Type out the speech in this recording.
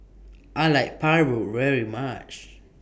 I like Paru very much